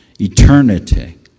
Eternity